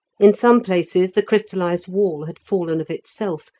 in some places the crystallized wall had fallen of itself,